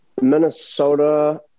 Minnesota